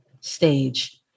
stage